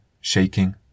shaking